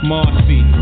Marcy